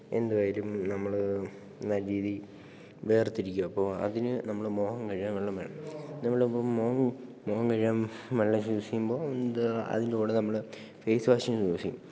എന്തുവായാലും നമ്മള് നല്ല രീതിയില് വിയർത്തിരിക്കുകയാണ് അപ്പോള് അതിനു നമ്മള് മുഖം കഴുകാൻ വെള്ളം വേണം നമ്മളിപ്പോള് മുഖം കഴുകാന് വെള്ളം ചൂസ് ചെയ്യുമ്പോള് എന്ത് അതിൻ്റെ കൂടെ നമ്മള് ഫേയ്സ് വാഷും യൂസെയ്യും